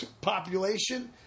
population